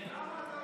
ולמה,